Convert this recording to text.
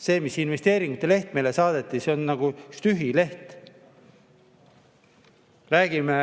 See investeeringute leht, mis meile saadeti, on nagu tühi leht. Räägime